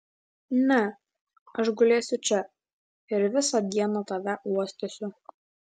ne aš gulėsiu čia ir visą dieną tave uostysiu